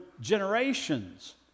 generations